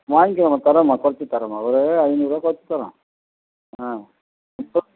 வாங்கிக்கலாம்மா தர்றோம்மா கொறைச்சி தர்றோம்மா ஒரு ஐநூறுரூவா கொறைச்சி தர்றோம் ஆ